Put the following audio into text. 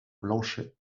blanchet